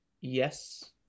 yes